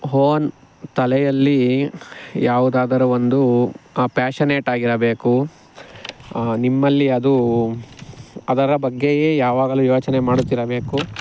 own ತಲೆಯಲ್ಲಿ ಯಾವುದಾದರೂ ಒಂದು ಆ ಪ್ಯಾಷನೇಟ್ ಆಗಿರಬೇಕು ನಿಮ್ಮಲ್ಲಿ ಅದು ಅದರ ಬಗ್ಗೆಯೇ ಯಾವಾಗಲೂ ಯೋಚನೆ ಮಾಡುತ್ತಿರಬೇಕು